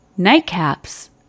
Nightcaps